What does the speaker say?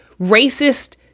racist